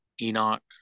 Enoch